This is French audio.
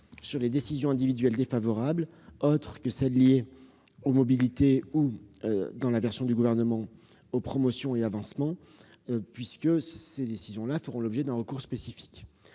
sur les décisions individuelles défavorables autres que celles qui sont liées aux mobilités ou, dans la version du texte du Gouvernement, aux promotions et avancements, puisque ces décisions-là feront l'objet d'un recours spécifique.